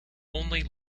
only